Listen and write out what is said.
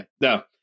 no